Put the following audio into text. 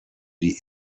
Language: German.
die